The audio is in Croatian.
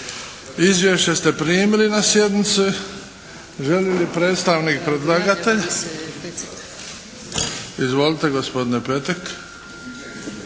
Izvješće ste primili na sjednici. Želi li predstavnik predlagatelja? Izvolite gospodine Pecek.